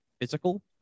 physical